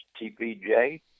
TPJ